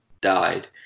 died